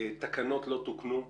תקנות לא תוקנו,